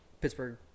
Pittsburgh